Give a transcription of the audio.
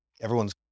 everyone's